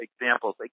examples